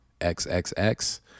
x-x-x